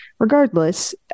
Regardless